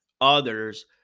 others